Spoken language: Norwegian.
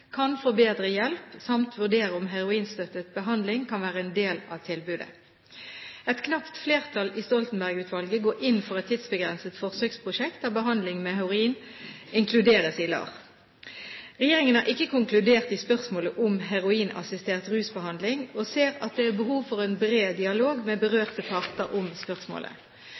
kan få bedre hjelp samt vurdere om heroinstøttet behandling kan være en del av tilbudet. Et knapt flertall i Stoltenberg-utvalget går inn for et tidsbegrenset forsøksprosjekt der behandling med heroin inkluderes i LAR. Regjeringen har ikke konkludert i spørsmålet om heroinassistert rusbehandling og ser at det er behov for en bred dialog med berørte parter om spørsmålet.